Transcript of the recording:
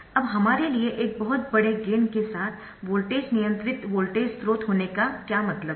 अब हमारे लिए एक बहुत बड़े गेन के साथ वोल्टेज नियंत्रित वोल्टेज स्रोत होने का क्या मतलब है